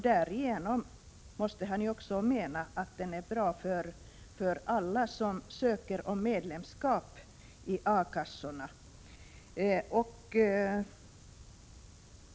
Därmed måste han också mena att den är bra för alla som söker medlemskap i A-kassorna.